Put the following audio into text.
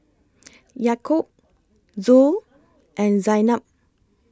Yaakob Zul and Zaynab